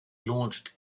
launched